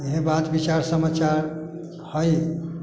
इएह बात विचार समाचार हइ